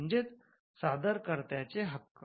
म्हणजेच सादर कर्त्याचे हक्क